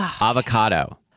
Avocado